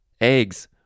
Eggs